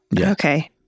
Okay